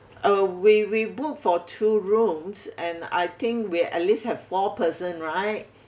uh we we book for two rooms and I think we at least have four person right